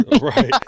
Right